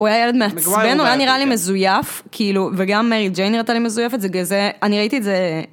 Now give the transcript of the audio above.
הוא היה ילד מעצבן, הוא היה נראה לי מזויף, כאילו, וגם מרי ג'יין נראתה לי מזויפת, זה כזה, אני ראיתי את זה...